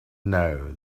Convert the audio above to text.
know